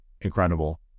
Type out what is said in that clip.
incredible